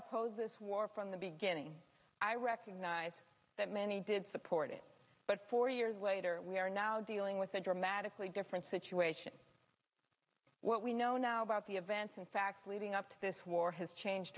oppose this war from the beginning i recognize that many did support it but four years later we are now dealing with a dramatically different situation what we know now about the events in fact leading up to this war has changed